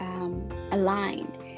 aligned